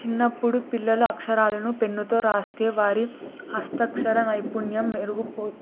చిన్నప్పుడు పిల్లల అక్షరాలను పెన్నుతో రాస్తే వారి హస్తక్షర నైపుణ్యం మెరుగు